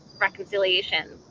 reconciliation